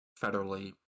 federally